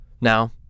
Now